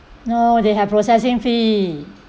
no they have processing fee